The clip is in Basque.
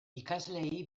ikasleei